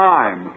Time